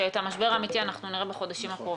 שאת המשבר האמיתי אנחנו נראה בחודשים הקרובים.